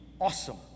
awesome